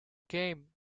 game